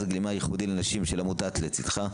הגמילה הייחודי לנשים של עמותת "לצידך",